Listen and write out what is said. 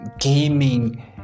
gaming